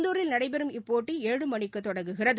இந்தூரில் நடைபெறும் இப்போட்டி இரவு ஏழு மணிக்கு தொடங்குகிறது